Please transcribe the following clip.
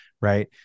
right